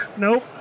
Nope